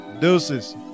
deuces